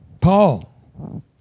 Paul